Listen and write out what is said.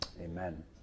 Amen